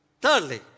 Thirdly